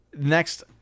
Next